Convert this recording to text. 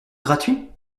gratuit